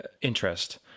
interest